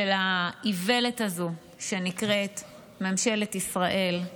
של האיוולת הזו שנקראת ממשלת ישראל.